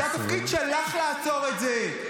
נא לסיים.